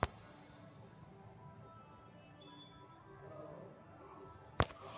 एकरा में पाइप के सहायता से खेती कइल जाहई